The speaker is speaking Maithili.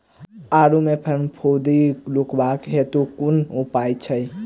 आलु मे फफूंदी रुकबाक हेतु कुन उपाय छै?